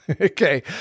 Okay